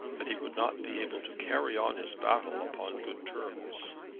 that he would not be able to carry on his battle upon good terms.